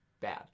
Bad